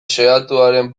xehatuaren